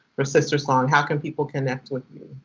for sistersong? how can people connect with you,